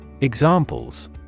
examples